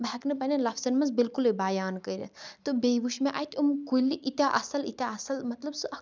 بہٕ ہیٚکہٕ نہٕ پَننٮ۪ن لفظن منٛز بلکلٕے بیان کٔرتھ تہٕ بیٚیہِ وٕچھ مےٚ اَتہِ یِم کُلۍ یٖتیاہ اصل یٖتیاہ اصل مطلب سُہ اکھ